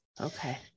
Okay